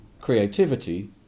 creativity